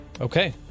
Okay